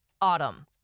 autumn